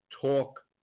talk